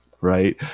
right